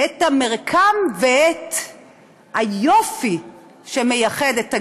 את המרקם ואת היופי שמייחד את הגליל.